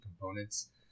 components